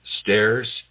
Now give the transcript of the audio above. stairs